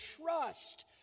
trust